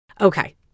Okay